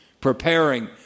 preparing